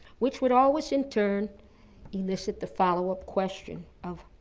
which would always in turn elicit the follow-up question of,